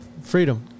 freedom